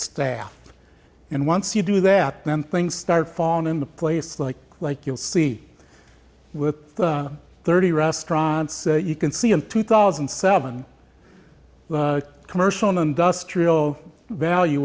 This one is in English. staff and once you do that then things start falling into place like like you'll see with thirty restaurants you can see in two thousand and seven commercial industrial value